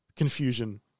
Confusion